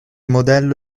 modello